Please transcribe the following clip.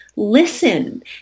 Listen